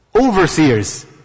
Overseers